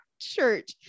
church